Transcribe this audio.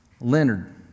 Leonard